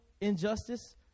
injustice